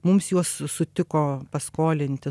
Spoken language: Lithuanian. mums juos sutiko paskolinti